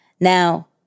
Now